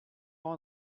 nous